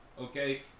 Okay